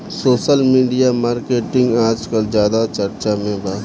social media marketing आजकल ज्यादा चर्चा में बा